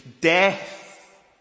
Death